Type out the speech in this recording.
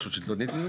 רשות שלטונית?